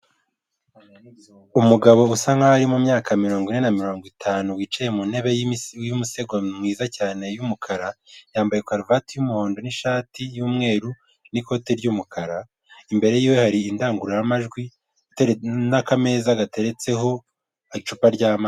Umugabo usa nkaho ari mumyaka mirongo ine na mirongo itanu wicaye mu ntebe y'umusego mwiza cyane y'umukara yambaye karuvati y'umuhondo n'ishati y'umweru n'ikoti ry'umukara, imbere yiwe hari indangururamajwi n'akameza gateretseho icupa ry'amazi.